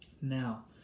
Now